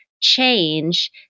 change